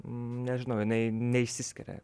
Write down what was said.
nežinau jinai neišsiskiria